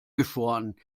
geschoren